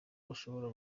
ushobora